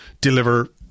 deliver